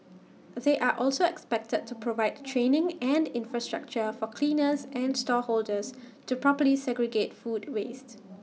they are also expected to provide training and infrastructure for cleaners and stall holders to properly segregate food waste